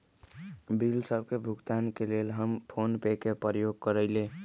bill सभ के भुगतान के लेल हम फोनपे के प्रयोग करइले